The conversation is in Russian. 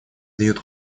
дает